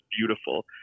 beautiful